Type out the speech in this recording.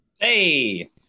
Hey